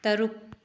ꯇꯔꯨꯛ